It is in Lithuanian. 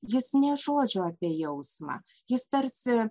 jis nė žodžio apie jausmą jis tarsi